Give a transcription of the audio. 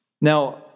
Now